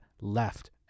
left